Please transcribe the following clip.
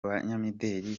banyamideli